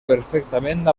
perfectament